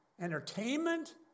entertainment